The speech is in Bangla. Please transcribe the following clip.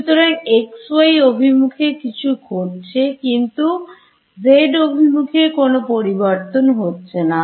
সুতরাং xy অভিমুখে কিছু ঘটছে কিন্তু z অভিমুখে কোন রকম পরিবর্তন হচ্ছে না